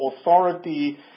authority